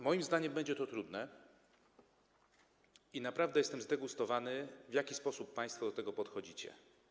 Moim zdaniem będzie to trudne i naprawdę jestem zdegustowany tym, w jaki sposób państwo do tego podchodzicie.